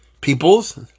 peoples